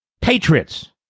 Patriots